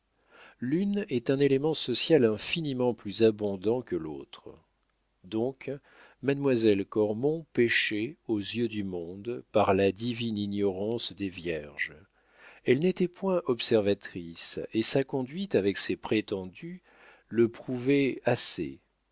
l'une est un élément social infiniment plus abondant que l'autre donc mademoiselle cormon péchait aux yeux du monde par la divine ignorance des vierges elle n'était point observatrice et sa conduite avec ses prétendus le prouvait assez